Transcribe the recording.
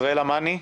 ישראלה מני.